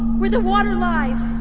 where the water lies.